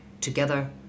Together